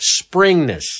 springness